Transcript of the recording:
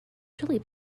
chili